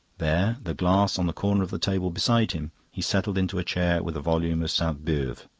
there, the glass on the corner of the table beside him, he settled into a chair with a volume of sainte-beuve.